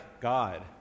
God